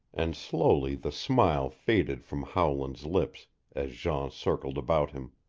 and slowly the smile faded from howland's lips as jean circled about him.